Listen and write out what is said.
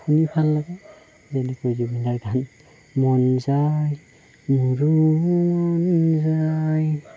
শুনি ভাল লাগে যেনেকৈ জুবিনদাৰ গান মন যায় মোৰো মন যায়